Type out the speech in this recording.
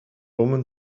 woman